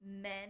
Men